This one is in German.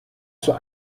zur